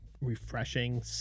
refreshing